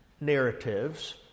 narratives